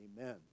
Amen